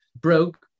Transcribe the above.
broke